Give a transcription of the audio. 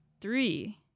three